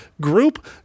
group